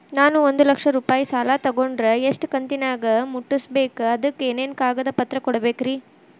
ನಾನು ಒಂದು ಲಕ್ಷ ರೂಪಾಯಿ ಸಾಲಾ ತೊಗಂಡರ ಎಷ್ಟ ಕಂತಿನ್ಯಾಗ ಮುಟ್ಟಸ್ಬೇಕ್, ಅದಕ್ ಏನೇನ್ ಕಾಗದ ಪತ್ರ ಕೊಡಬೇಕ್ರಿ?